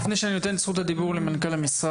לפני שאני נותן את רשות הדיבור למנכ"ל המשרד,